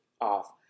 off